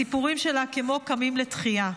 הסיפורים שלה כמו קמים לתחייה.